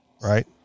right